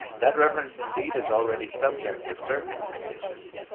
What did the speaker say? that reverence, indeed, is already subject to certain limitations